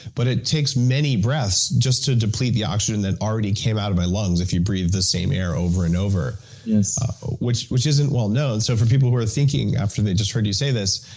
but it takes many breaths just to deplete the oxygen that already came out of my lungs, if you breathe the same air over and over yes which which isn't well-known, so for people who are thinking, after they just heard you say this,